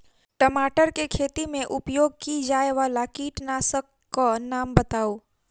टमाटर केँ खेती मे उपयोग की जायवला कीटनासक कऽ नाम बताऊ?